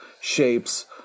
shapes